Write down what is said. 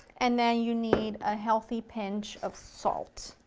and then you need a healthy pinch of salt.